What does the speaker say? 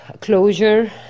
closure